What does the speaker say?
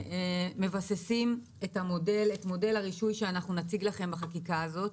מבססים את מודל הרישוי שנציג לכם בחקיקה הזאת.